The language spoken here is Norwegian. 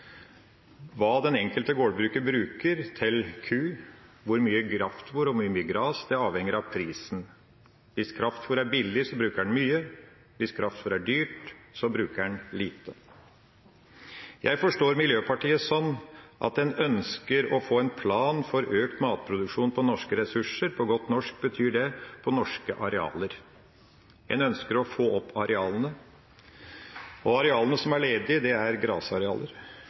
Hva den enkelte gårdbruker bruker til ku, hvor mye kraftfôr og hvor mye gras, avhenger av prisen. Hvis kraftfôr er billig, bruker en mye, hvis kraftfôr er dyrt, bruker en lite. Jeg forstår Miljøpartiet slik at en ønsker å få en plan for økt matproduksjon av norske ressurser, på godt norsk betyr det på norske arealer. En ønsker å få opp arealene, og arealene som er ledige, er grasarealer.